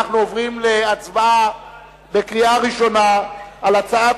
אנחנו עוברים להצבעה בקריאה הראשונה על הצעת